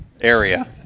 area